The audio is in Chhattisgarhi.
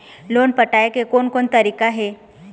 लोन पटाए के कोन कोन तरीका हे?